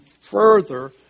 further